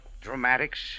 dramatics